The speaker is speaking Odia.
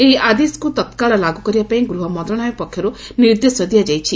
ଏହି ଆଦେଶକୁ ତକ୍କାଳ ଲାଗୁ କରିବା ପାଇଁ ଗୃହ ମନ୍ତଣାଳୟ ପକ୍ଷରୁ ନିର୍ଦ୍ଦେଶ ଦିଆଯାଇଛି